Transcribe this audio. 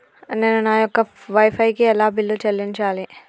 నేను నా యొక్క వై ఫై కి ఎలా బిల్లు చెల్లించాలి?